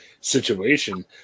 situation